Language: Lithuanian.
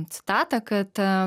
citatą kad